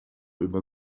über